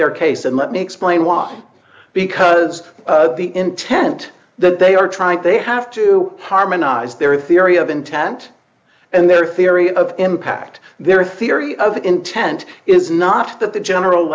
their case and let me explain why because the intent that they are trying to they have to harmonize their theory of intent and their theory of impact their theory of intent is not that the general